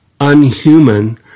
unhuman